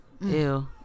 Ew